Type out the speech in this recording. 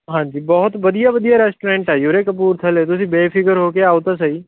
ਹਾਂਜੀ ਬਹੁਤ ਵਧੀਆ ਵਧੀਆ ਰੈਸਟੋਰੈਂਟ ਆ ਜੀ ਉਰੇ ਕਪੂਰਥਲੇ ਤੁਸੀਂ ਬੇਫਿਕਰ ਹੋ ਕੇ ਆਓ ਤਾਂ ਸਹੀ